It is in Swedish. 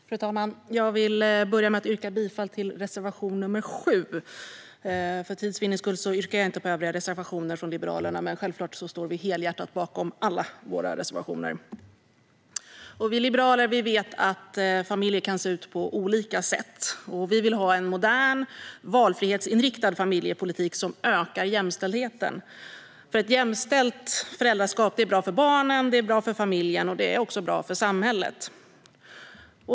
Fru talman! Jag vill börja med att yrka bifall till reservation nr 7. För tids vinnande yrkar jag inte bifall till övriga reservationer från Liberalerna, men självklart står vi helhjärtat bakom alla våra reservationer. Vi liberaler vet att familjer kan se ut på olika sätt. Vi vill ha en modern valfrihetsinriktad familjepolitik som ökar jämställdheten. Ett jämställt föräldraskap är bra för barnen, bra för familjen och också bra för samhället.